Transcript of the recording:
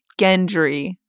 Gendry